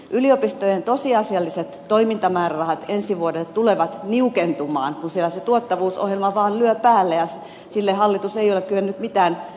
yliopistojen tosiasialliset toimintamäärärahat ensi vuodelle tulevat niukentumaan kun siellä tuottavuusohjelma vaan lyö päälle ja sille hallitus ei ole kyennyt mitään tekemään